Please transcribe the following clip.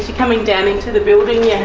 coming down into the building yeah